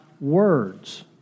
words